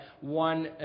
one